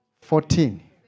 fourteen